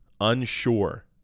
unsure